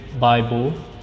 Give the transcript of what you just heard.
bible